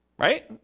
Right